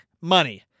Money